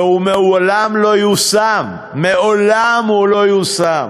והוא מעולם לא יושם, מעולם הוא לא יושם,